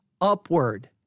upward